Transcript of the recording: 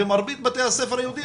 ומרבית בתי הספר היהודים,